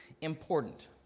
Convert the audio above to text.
important